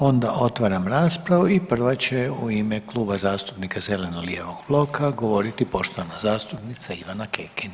Onda otvaram raspravu i prva će u ime Kluba zastupnika Zeleno-lijevog bloka govoriti poštovana zastupnica Ivana Kekin.